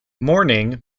morning